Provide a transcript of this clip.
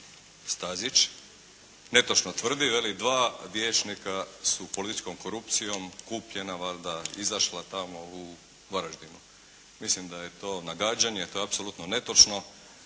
Stazić netočno tvrdi, veli dva vijećnika su političkom korupcijom kupljena valjda, izašla tamo u Varaždinu. Mislim da je to nagađanje. To je apsolutno netočno